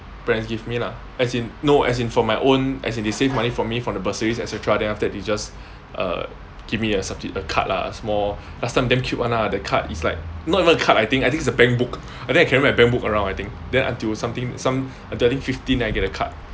parents give me lah as in no as in for my own as in they save money for me from the bursaries et cetera then after that they just uh give me a sub~ a card lah small last time damn cute one lah the card it's like not even card I think I think it's a bank book and then I carry my bank book around I think then until something some turning fifteen then I get a card